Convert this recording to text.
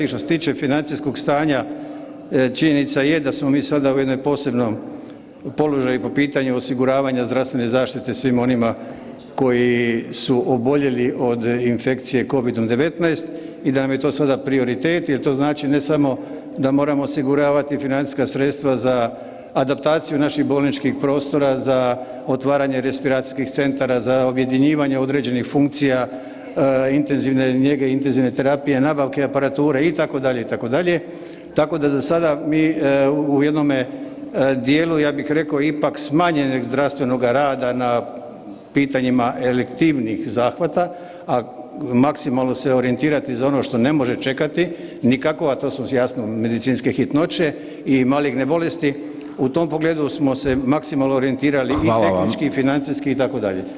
Što se tiče financijskog stanja činjenica je da smo mi sada u jednom posebnom položaju po pitanju osiguravanja zdravstvene zaštite svima onima koji su oboljeli od infekcije Covidom-19 i da nam je to sada prioritet jer to znači ne samo da moramo osiguravati financijska sredstva za adaptaciju naših bolničkih prostora, za otvaranje respiracijskih centara, za objedinjivanje određenih funkcija intenzivne njege, intenzivne terapije, nabavke aparature itd., itd., tako da za sada mi u jednome dijelu ja bih rekao ipak smanjenoga zdravstvenoga rada na pitanjima elektivnijih zahvata, a maksimalno se orijentirati za ono što ne može čekati nikako, a to su jasno medicinske hitnoće i maligne bolesti, u tom pogledu smo se maksimalno orijentirali [[Upadica: Hvala vam.]] i tehnički i financijski itd.